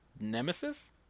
Nemesis